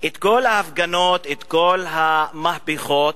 כל ההפגנות, כל המהפכות,